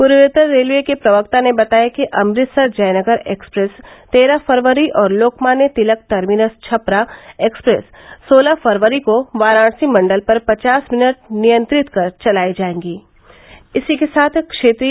पूर्वोत्तर रेलवे के प्रवक्ता ने बताया कि अमृतसर जयनगर एक्सप्रेस तेरह फरवरी और लोकमान्य तिलक टर्मिनस छपरा एक्सप्रेस सोलह फरवरी को वाराणर्सी मण्डल पर पचास मिनट नियंत्रित कर चलायी जायेगी